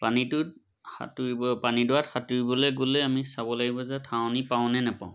পানীটোত সাঁতুৰিব পানীডৰাত সাঁতুৰিবলৈ গ'লে আমি চাব লাগিব যে ঠাৱনি পাওঁ নাপাওঁ